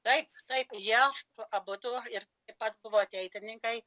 taip taip jie abudu ir taip pat buvo ateitininkai